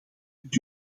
kunt